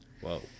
Whoa